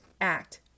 act